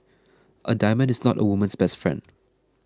a diamond is not a woman's best friend